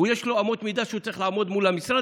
יש לו אמות מידה שהוא צריך לעמוד בהן מול המשרד,